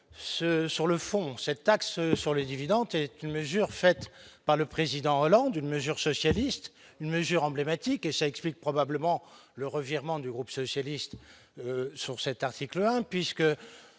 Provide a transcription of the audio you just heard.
sur le fond, cette taxe sur les dividendes, c'est une mesure faite par le président Hollande une mesure socialiste une mesure emblématique et ça explique probablement le revirement du groupe socialiste sur cet article 1 puisque